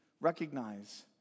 recognize